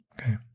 Okay